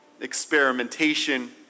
experimentation